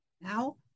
now